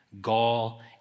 gall